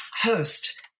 host